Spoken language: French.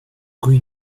rue